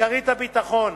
שכרית הביטחון,